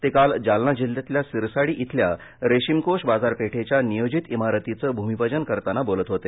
ते काल जालना जिल्ह्यातल्या सिरसाडी इथल्या रेशीम कोष बाजारपेठेच्या नियोजित इमारतीचं भूमिपूजन करताना ते बोलत होते